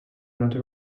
not